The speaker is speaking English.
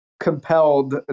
compelled